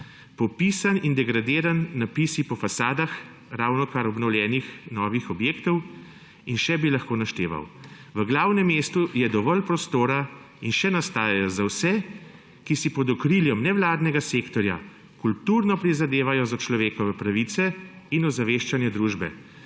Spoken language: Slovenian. Popisan in degradiran, napisi po fasadah ravnokar obnovljenih novih objektov in še bi lahko našteval. V glavnem mestu je dovolj prostora, in še nastajajo, za vse, ki si pod okriljem nevladnega sektorja kulturno prizadevajo za človekove pravice in ozaveščanje družbe.